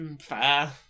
fair